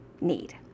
need